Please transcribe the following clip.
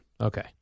Okay